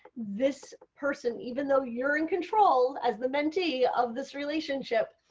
this person, even though you are in control as the mentee of this relationship,